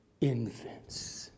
infants